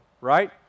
right